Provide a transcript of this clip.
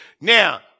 Now